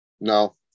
No